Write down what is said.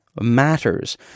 matters